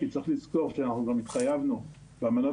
כי צריך לזכור שאנחנו גם התחייבנו באמנות